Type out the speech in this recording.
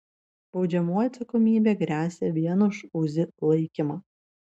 baudžiamoji atsakomybė gresia vien už uzi laikymą